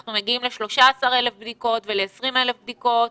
אנחנו מגיעים ל-13,000 בדיקות, ל-20,000 בדיקות,